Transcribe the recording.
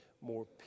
more